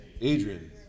Adrian